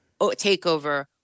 takeover